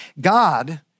God